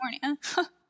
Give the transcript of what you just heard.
California